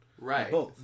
Right